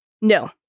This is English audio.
No